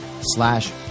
slash